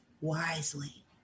wisely